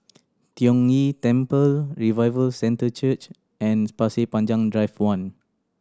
Tiong Ghee Temple Revival Centre Church and Pasir Panjang Drive One